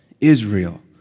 Israel